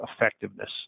effectiveness